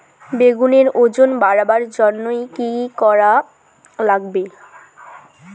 বেগুনের ওজন বাড়াবার জইন্যে কি কি করা লাগবে?